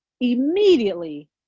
immediately